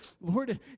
Lord